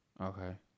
Okay